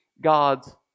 God's